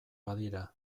badira